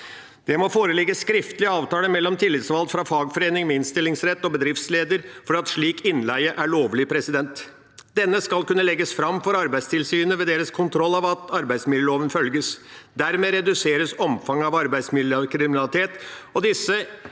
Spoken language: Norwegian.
Det må foreligge skriftlig avtale mellom tillitsvalgt fra fagforening med innstillingsrett og bedriftsleder for at slik innleie er lovlig. Denne skal kunne legges fram for Arbeidstilsynet ved deres kontroll av at arbeidsmiljøloven følges. Dermed reduseres omfanget av arbeidsmiljøkriminalitet, og disse